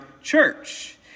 church